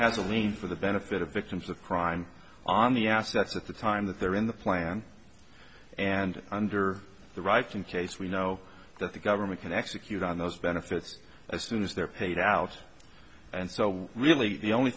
has a lien for the benefit of victims of crime on the assets at the time that they're in the plan and under the rights in case we know that the government can execute on those benefits as soon as they're paid out and so really the only